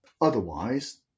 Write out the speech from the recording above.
Otherwise